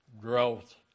growth